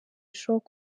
bishobora